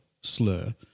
slur